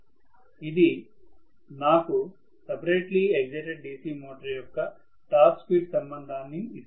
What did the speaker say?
ఇది నాకు separately excited DC motor యొక్క టార్క్ స్పీడ్ సంబంధాన్ని ఇస్తుంది